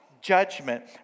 judgment